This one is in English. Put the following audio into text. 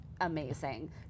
Amazing